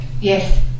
Yes